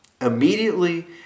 Immediately